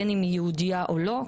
בין אם היא יהודייה או לא,